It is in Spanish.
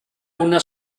una